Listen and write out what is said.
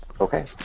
Okay